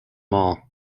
mall